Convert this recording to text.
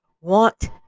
want